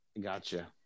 Gotcha